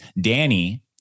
Danny